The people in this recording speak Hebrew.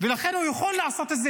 לכן הוא יכול לעשות את זה.